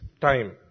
time